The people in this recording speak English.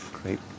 Great